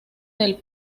del